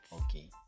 okay